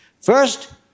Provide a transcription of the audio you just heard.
First